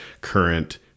current